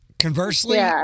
Conversely